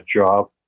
job